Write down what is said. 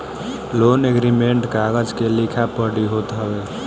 loan agreement कागज के लिखा पढ़ी होत हवे